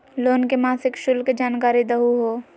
Loan के मासिक शुल्क के जानकारी दहु हो?